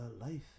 Life